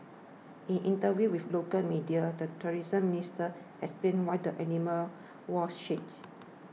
in interviews with local media the tourism minister explained why the animals wore shades